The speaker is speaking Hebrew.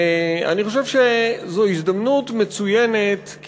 אני חושב שזו הזדמנות מצוינת,